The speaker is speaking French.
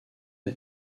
est